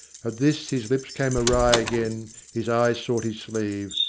at this his lips came awry again, his eyes sought his sleeve,